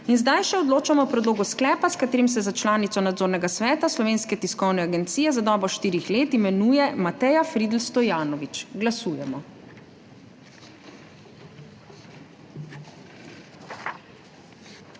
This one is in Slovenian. Odločamo še o predlogu sklepa, s katerim se za članico Nadzornega sveta Slovenske tiskovne agencije za dobo štirih let imenuje Mateja Fridl Stojanović. Glasujemo.